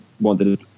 wanted